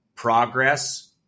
progress